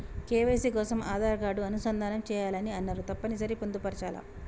KYC కోసం Aadhaar card అనుసంధానం చేయాలని అన్నరు తప్పని సరి పొందుపరచాలా?